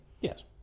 Yes